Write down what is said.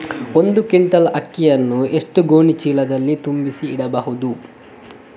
ಒಂದು ಕ್ವಿಂಟಾಲ್ ಅಕ್ಕಿಯನ್ನು ಎಷ್ಟು ಗೋಣಿಚೀಲದಲ್ಲಿ ತುಂಬಿಸಿ ಇಡಬಹುದು?